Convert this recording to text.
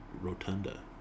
rotunda